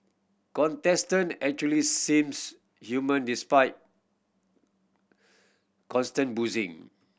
contestant actually seems human despite constant boozing